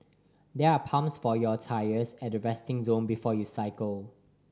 there are pumps for your tyres at the resting zone before you cycle